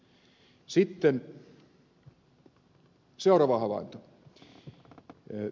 sitten seuraava havainto